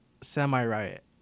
semi-riot